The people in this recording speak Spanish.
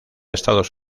estados